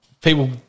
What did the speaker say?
people